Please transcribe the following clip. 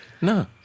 No